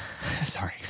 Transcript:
sorry